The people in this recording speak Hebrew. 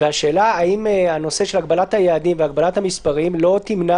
האם הנושא של הגבלת היעדים והגבלת המספרים לא תמנע